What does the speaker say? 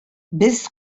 без